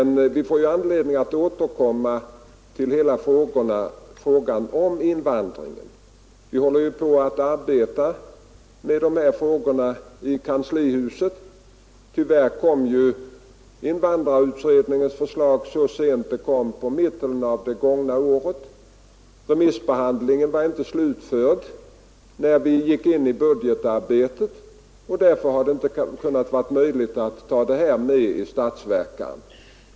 Det blir emellertid anledning återkomma till hela frågan om undervisning för invandrare. I kanslihuset håller vi för närvarande på att arbeta med dessa frågor. Tyvärr framlades invandrarutredningens förslag mycket sent, nämligen i mitten av det gångna året, och remissbehandlingen var ännu inte slutförd när vi gick in i budgetarbetet; därför har det inte varit möjligt att ta med denna sak i statsverkspropositionen.